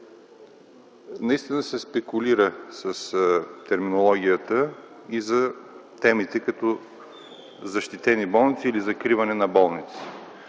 наистина се спекулира с технологията и с темите като защитени болници или закриване на болници.